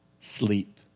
sleep